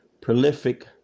prolific